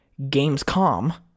Gamescom